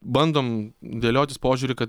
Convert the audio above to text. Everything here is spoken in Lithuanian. bandom dėliotis požiūrį kad